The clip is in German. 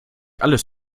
alles